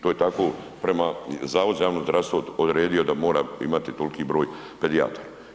To je tako prema Zavodu za javno zdravstvo odredilo da moramo imati toliki broj pedijatra.